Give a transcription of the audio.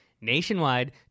nationwide